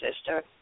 sister